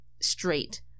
straight